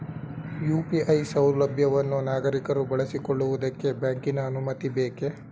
UPI ಸೌಲಭ್ಯವನ್ನು ನಾಗರಿಕರು ಬಳಸಿಕೊಳ್ಳುವುದಕ್ಕೆ ಬ್ಯಾಂಕಿನ ಅನುಮತಿ ಬೇಕೇ?